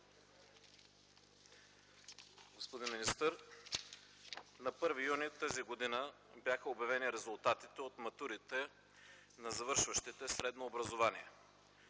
Господин министър, на 1 юни т.г. бяха обявени резултатите от матурите на завършващите средно образование.